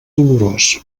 dolorós